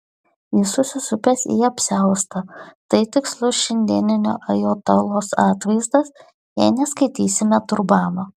jis susisupęs į apsiaustą tai tikslus šiandieninio ajatolos atvaizdas jei neskaitysime turbano